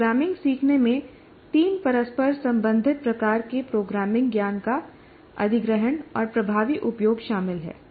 programming सीखने में तीन परस्पर संबंधित प्रकार के प्रोग्रामिंग ज्ञान का अधिग्रहण और प्रभावी उपयोग शामिल है